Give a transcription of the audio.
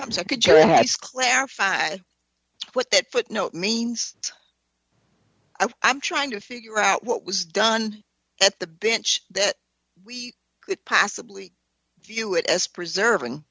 i'm secretary has clarified what that footnote means i'm trying to figure out what was done at the bench that we could possibly view it as preserving